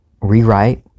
rewrite